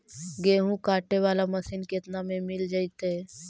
गेहूं काटे बाला मशीन केतना में मिल जइतै?